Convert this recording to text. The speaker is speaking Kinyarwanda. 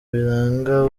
biranga